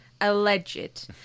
Alleged